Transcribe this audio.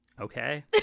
Okay